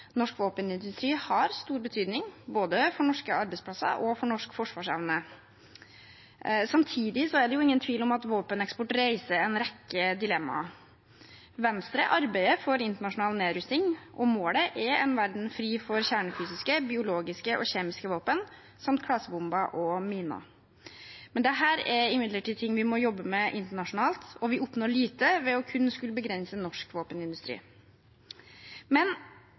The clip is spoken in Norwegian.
norsk våpenindustri har stor betydning, både for norske arbeidsplasser og for norsk forsvarsevne. Samtidig er det ingen tvil om at våpeneksport reiser en rekke dilemmaer. Venstre arbeider for internasjonal nedrustning, og målet er en verden fri for kjernefysiske, biologiske og kjemiske våpen, samt klasebomber og miner. Dette er imidlertid ting vi må jobbe med internasjonalt, og vi oppnår lite ved kun å skulle begrense norsk våpenindustri. Men